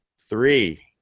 three